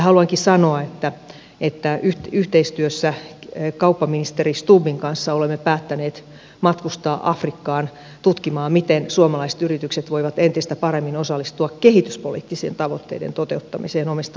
haluankin sanoa että yhteistyössä kauppaministeri stubbin kanssa olemme päättäneet matkustaa afrikkaan tutkimaan miten suomalaiset yritykset voivat entistä paremmin osallistua kehityspoliittisten tavoitteiden toteuttamiseen omista